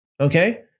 Okay